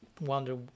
wonder